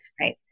Right